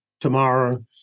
tomorrow